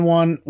one